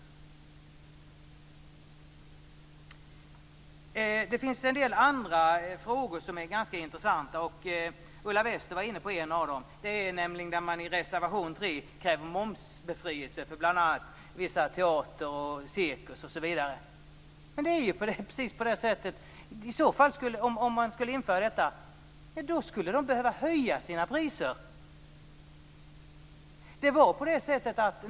Det finns en del andra frågor som är intressanta. Ulla Wester tog upp en av dem, bl.a. i reservation 3 om momsbefrielse av teater, cirkus osv. Men om det skulle införas skulle dessa instanser behöva höja sina priser.